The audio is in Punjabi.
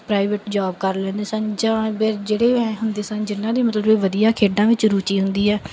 ਪ੍ਰਾਈਵੇਟ ਜੋਬ ਕਰ ਲੈਂਦੇ ਸਨ ਜਾਂ ਫਿਰ ਜਿਹੜੇ ਹੁੰਦੇ ਸਨ ਜਿਹਨਾਂ ਦੀ ਮਤਲਬ ਵਧੀਆ ਖੇਡਾਂ ਵਿੱਚ ਰੁਚੀ ਹੁੰਦੀ ਹੈ